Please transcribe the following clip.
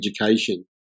education